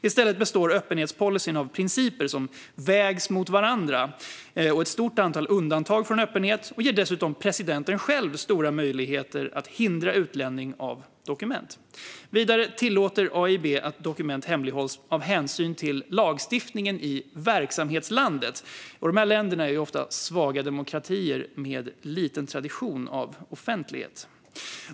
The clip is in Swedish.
I stället består öppenhetspolicyn av principer som vägs mot varandra och ett stort antal undantag från öppenhet. Man ger dessutom ordföranden själv stora möjligheter att hindra utlämning av dokument. Vidare tillåter AIIB att dokument hemlighålls av hänsyn till lagstiftningen i verksamhetslandet. De här länderna är ofta svaga demokratier med liten tradition av offentlighet.